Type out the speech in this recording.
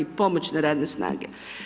Pomoćne radne snage.